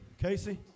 Casey